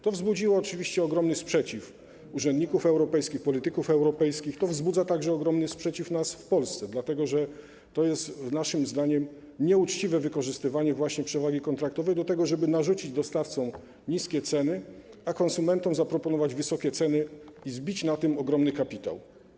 To wzbudziło oczywiście ogromny sprzeciw urzędników europejskich, polityków europejskich, to wzbudza także ogromy sprzeciw nas w Polsce, dlatego że to jest naszym zdaniem nieuczciwe wykorzystywanie przewagi kontraktowej do tego, żeby narzucić dostawcom niskie ceny, a konsumentom zaproponować wysokie ceny i zbić na tym ogromy kapitał.